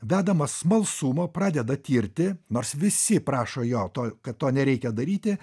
vedamas smalsumo pradeda tirti nors visi prašo jo to kad to nereikia daryti